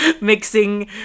mixing